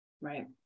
Right